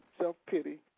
self-pity